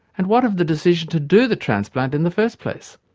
and what of the decision to do the transplant in the first place?